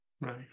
Right